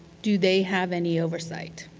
do they have any oversight?